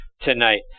tonight